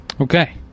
Okay